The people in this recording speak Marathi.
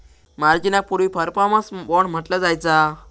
मार्जिनाक पूर्वी परफॉर्मन्स बाँड म्हटला जायचा